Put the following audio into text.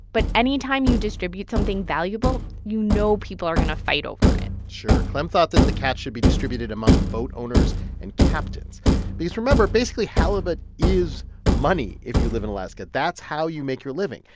but anytime you distribute something valuable, you know people are going to fight over it sure. clem thought that the catch should be distributed among boat owners and captains because, remember, basically halibut is money if you live in alaska. that's how you make your living.